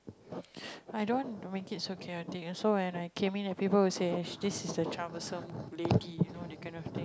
i don't make it so chaotic also when I came in and people were say its is just the troublesome lady you know the kind of thing